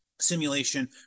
simulation